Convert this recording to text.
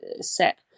set